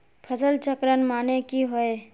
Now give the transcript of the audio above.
फसल चक्रण माने की होय?